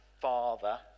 father